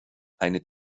eine